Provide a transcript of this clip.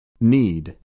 Need